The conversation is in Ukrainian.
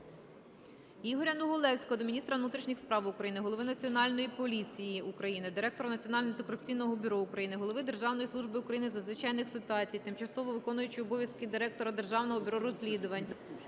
Ігоря Негулевського до міністра внутрішніх справ України, голови Національної поліції України, Директора Національного антикорупційного бюро України, голови Державної служби України з надзвичайних ситуацій, тимчасово виконуючої обов'язки Директора Державного бюро розслідувань,